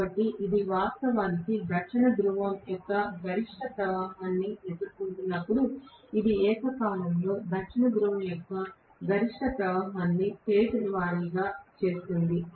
కాబట్టి ఇది వాస్తవానికి ఉత్తర ధ్రువం యొక్క గరిష్ట ప్రవాహాన్ని ఎదుర్కొంటున్నప్పుడు ఇది ఏకకాలంలో దక్షిణ ధ్రువం యొక్క గరిష్ట ప్రవాహాన్ని ఫేజ్ల వారీ చేస్తుంది